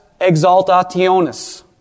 exaltationis